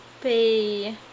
pay